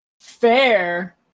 Fair